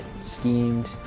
schemed